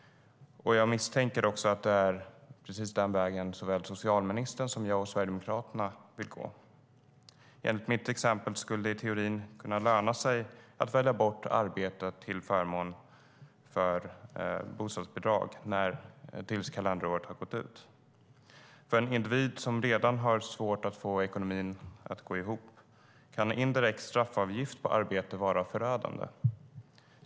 Jag misstänker att det är precis den vägen såväl socialministern som jag och Sverigedemokraterna vill gå. Enligt mitt exempel skulle det i teorin kunna löna sig att välja bort arbete till förmån för bostadsbidrag tills kalenderåret har gått ut. För en individ som redan har svårt att få ekonomin att gå ihop kan en indirekt straffavgift på arbete vara förödande.